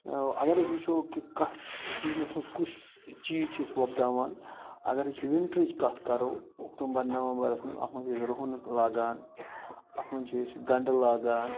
اگر حظ وِچھُو کہِ کَتھ کُس چیٖز چھِ أسۍ وۄبداوان اگر أسۍ وِنٹرٕچ کَتھ کَرو اکتوٗمبر نومبرس منٛز اَتھ منٛز چھِ أسۍ رُہُن لاگان اَتھ منٛز چھِ أسۍ گنٛڈٕ لاگان